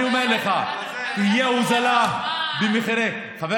אני אומר לך שתהיה הורדה במחירי, חשמל.